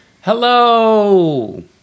Hello